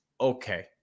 okay